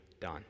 done